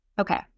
Okay